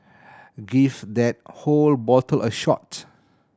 give that whole bottle a shot